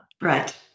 Right